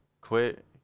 quit